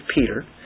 Peter